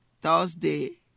Thursday